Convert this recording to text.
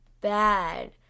bad